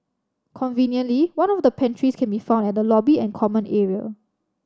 conveniently one of the pantries can be found at the lobby and common area